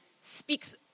speaks